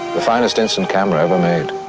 the finest instant camera ever made.